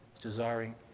desiring